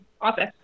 office